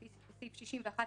לפי סעיף 61(א)(3)